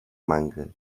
manga